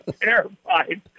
terrified